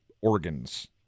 organs